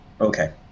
Okay